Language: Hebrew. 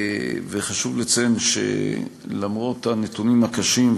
חשוב לציין שלמרות הנתונים הקשים,